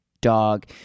dog